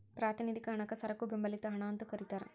ಪ್ರಾತಿನಿಧಿಕ ಹಣಕ್ಕ ಸರಕು ಬೆಂಬಲಿತ ಹಣ ಅಂತೂ ಕರಿತಾರ